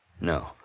No